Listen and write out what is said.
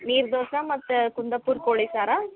ನೀರು ದೋಸ ಮತ್ತು ಕುಂದಾಪುರ ಕೋಳಿ ಸಾರು